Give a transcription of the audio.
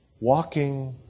walking